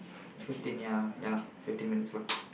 fifteen ya ya lah fifteen minutes lah